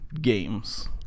games